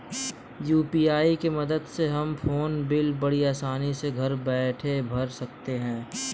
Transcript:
UPI की मदद से हम फ़ोन बिल बड़ी आसानी से घर बैठे भर सकते हैं